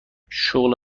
شغل